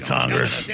Congress